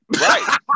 Right